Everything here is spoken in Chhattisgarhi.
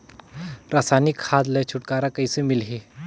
रसायनिक खाद ले छुटकारा कइसे मिलही?